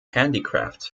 handicrafts